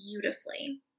beautifully